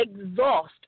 exhaust